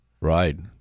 Right